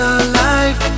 alive